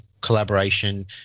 collaboration